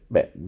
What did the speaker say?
Beh